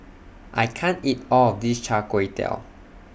I can't eat All of This Char Kway Teow